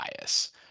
bias